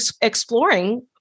exploring